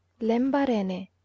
lembarene